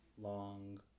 long